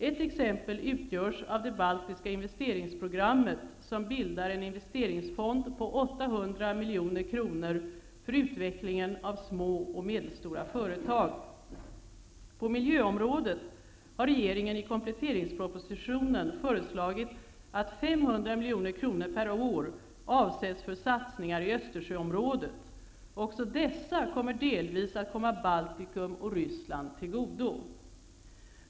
Ett exempel utgörs av det baltiska investeringsprogrammet som bildat en investeringsfond på 800 milj.kr. för utveckling av små och medelstora företag. När det gäller miljön har regeringen i kompletteringspropositionen föreslagit att 500 milj.kr. per år avsätts för satsningar i Östersjöområdet. Också dessa satsningar kommer att delvis komma Baltikum och Ryssland till godo.